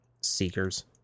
Seekers